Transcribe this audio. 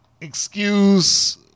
excuse